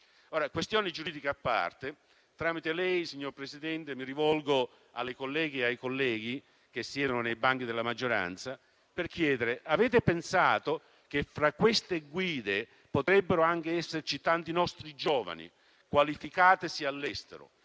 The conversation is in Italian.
Questioni giuridiche a parte, tramite lei, signor Presidente, mi rivolgo alle colleghe e ai colleghi che siedono nei banchi della maggioranza per chiedere se hanno pensato che fra queste guide potrebbero anche esserci tanti nostri giovani qualificatisi all'estero,